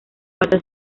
patas